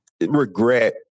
regret